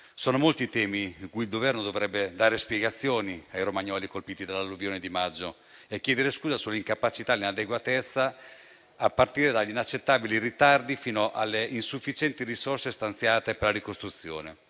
Sono molti i temi su cui il Governo dovrebbe dare spiegazioni ai romagnoli colpiti dall'alluvione di maggio e chiedere scusa per l'incapacità e l'inadeguatezza, a partire dagli inaccettabili ritardi fino alle insufficienti risorse stanziate per la ricostruzione.